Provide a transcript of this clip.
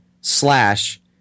slash